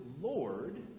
Lord